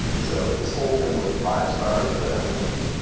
so this whole thing with five stars, that has no meaning.